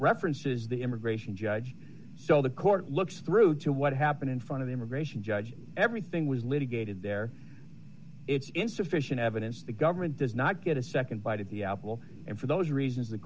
references the immigration judge so the court looks through to what happened in front of the immigration judge everything was litigated there it's insufficient evidence the government does not get a nd bite at the apple and for those reasons the